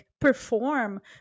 perform